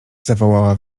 zawołała